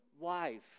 life